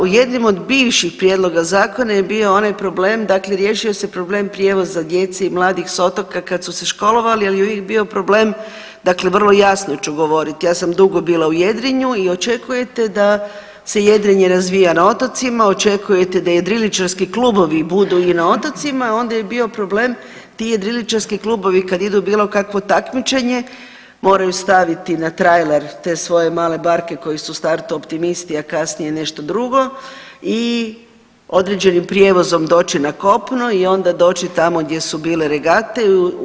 U jednim od bivših prijedloga zakona je bio onaj problem dakle riješio se problem prijevoza djece i mladih s otoka kad su se školovali, ali je uvijek bio problem dakle vrlo jasno ću govorit ja sam dugo bila u jedrenju i očekujete da se jedrenje razvija na otocima, očekujete da jedriličarski klubovi budu na i na otocima, a onda je bio problem ti jedriličarski klubovi kad idu u bilo kakvo takmičenje moraju staviti na trailer te svoje male barke koje su u startu optimisti, a kasnije nešto drugo i određenim prijevozom doći na kopno i onda doći tamo gdje su bile regate.